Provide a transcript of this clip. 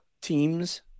teams